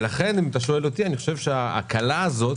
לכן אני חושב שההקלה הזאת